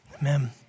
Amen